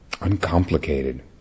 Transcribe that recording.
Uncomplicated